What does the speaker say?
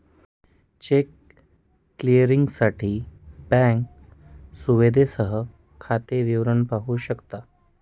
check क्लिअरिंगसाठी banking सुविधेसह खाते विवरण पाहू शकता